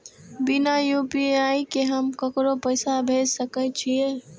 बिना यू.पी.आई के हम ककरो पैसा भेज सके छिए?